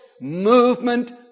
movement